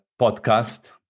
podcast